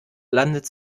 landet